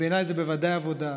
בעיניי זה בוודאי עבודה,